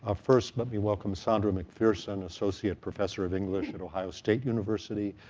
ah first, let me welcome sandra macpherson, associate professor of english at ohio state university,